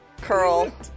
curl